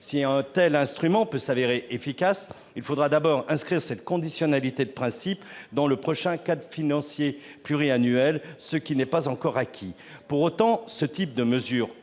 Si un tel instrument peut se révéler efficace, il nous faudra d'abord inscrire cette conditionnalité de principe dans le prochain cadre financier pluriannuel, ce qui n'est pas encore acquis. Pour autant, ce type de mesure